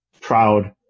proud